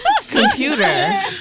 computer